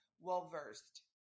well-versed